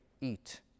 eat